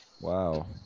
Wow